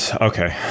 okay